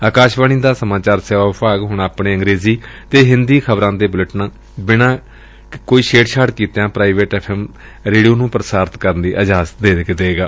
ਆਕਾਸ਼ਵਾਣੀ ਦਾ ਸਮਾਚਾਰ ਸੇਵਾ ਵਿਭਾਗ ਹੁਣ ਆਪਣੇ ਅੰਗਰੇਜ਼ੀ ਅਤੇ ਹਿੰਦੀ ਖ਼ਬਰਾਂ ਦੇ ਬੁਲੇਟਿਨ ਬਿਨਾਂ ਕੋਈ ਛੇੜਛਾੜ ਕੀਤਿਆਂ ਪ੍ਰਾਈਵੇਟ ਐਫ਼ ਐਮ ਰੇਡੀਓ ਨੂੰ ਪ੍ਰਸਾਰਤ ਕਰਨ ਦੀ ਇਜਾਜ਼ਤ ਦੇ ਦਏਗਾ